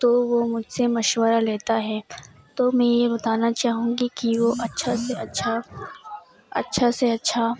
تو وہ مجھ سے مشورہ لیتا ہے تو میں یہ بتانا چاہوں گی کہ وہ اچّھا سے اچّھا اچّھا سے اچّھا